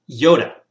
Yoda